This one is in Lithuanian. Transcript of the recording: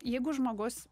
jeigu žmogus